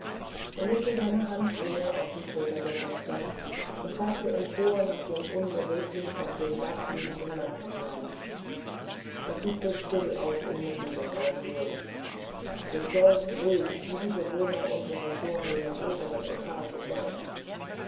er legte seine hand schwer auf die schulter der tochter und zeigte empor nach dem unbeweglich auf dem dach liegenden lampenschein das sieht so still aus inmitten des aufruhrs so stolz ruhig wie die bewohner unserer vornehmen oberen etage selbst